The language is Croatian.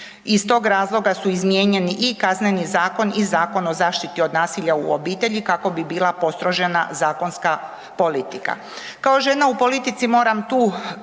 Iz tog razloga su izmijenjeni i Kazneni zakon i Zakon o zaštiti od nasilja u obitelji kako bi bila postrožena zakonska politika. Kao žena u politici moram tu